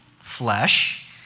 flesh